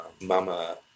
Mama